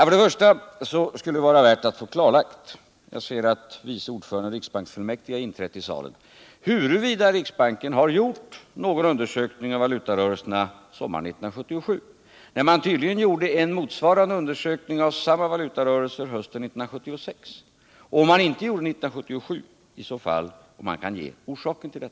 För det första vore det värdefullt att få klarlagt — jag ser att vice ordföranden i riksbanksfullmäktige har inträtt i salen — huruvida riksbanken har gjort någon undersökning av valutarörelserna sommaren 1977, när man tydligen gjorde en motsvarande undersökning av samma valutarörelser hösten 1976. Om det inte skedde 1977, kan man i så fall ange orsakerna till det?